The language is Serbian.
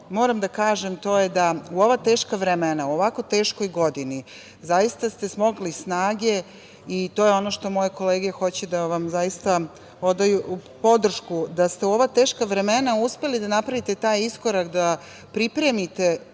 moram da kažem, to je da u ova teška vremena, u ovako teškoj godini, zaista ste smogli snage i to je ono što moje kolege hoće da vam zaista odaju podršku, da ste u ova teška vremena uspeli da napravite taj iskorak da pripremite,